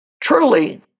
Truly